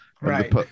Right